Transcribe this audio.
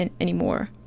anymore